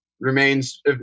remains